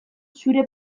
zure